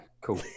cool